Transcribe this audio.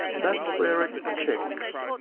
that's where it checks.